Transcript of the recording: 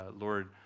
Lord